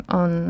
on